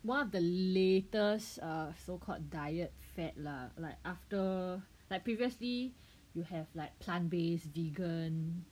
one of the latest err so called diet fad lah like after like previously you have like plant based vegan